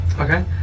okay